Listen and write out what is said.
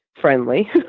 friendly